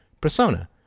persona